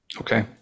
okay